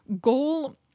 goal